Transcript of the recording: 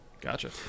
Gotcha